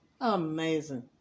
Amazing